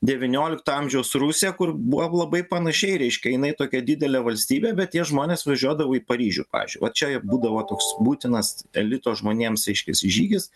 devyniolikto amžiaus rusija kur buvo labai panašiai reiškia jinai tokia didelė valstybė bet tie žmonės važiuodavo į paryžių pavyzdžiui va čia būdavo toks būtinas elito žmonėms reiškiasi žygis